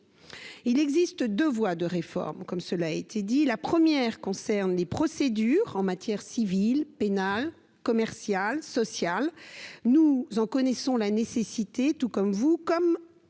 il existe 2 voies de réforme comme cela a été dit, la première concerne les procédures en matière civile, pénale, commercial, social, nous en connaissons la nécessité tout comme vous, comme